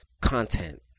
content